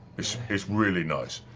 it's it's really nice.